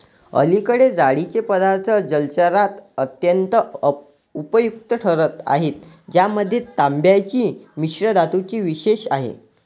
अलीकडे जाळीचे पदार्थ जलचरात अत्यंत उपयुक्त ठरत आहेत ज्यामध्ये तांब्याची मिश्रधातू विशेष आहे